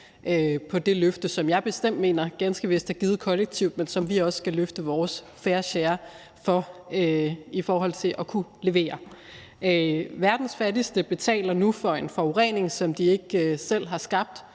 på det løfte, som jeg bestemt mener er givet ganske vist kollektivt, men som vi også skal løfte vores fair share af for at kunne levere. Verdens fattigste betaler nu for en forurening, som de ikke selv har skabt,